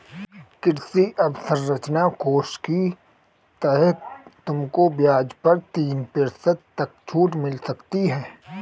कृषि अवसरंचना कोष के तहत तुमको ब्याज पर तीन प्रतिशत तक छूट मिल सकती है